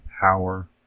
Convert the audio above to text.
power